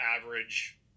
average